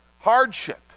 hardship